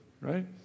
Right